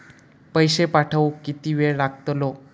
पैशे पाठवुक किती वेळ लागतलो?